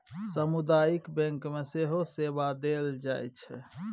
सामुदायिक बैंक मे सेहो सेवा देल जाइत छै